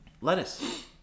lettuce